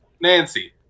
Nancy